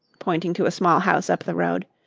pointing to a small house up the road.